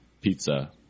pizza